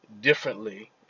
differently